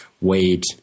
wait